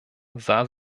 sah